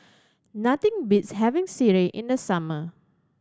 nothing beats having sireh in the summer